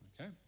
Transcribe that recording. okay